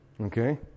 Okay